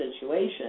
situation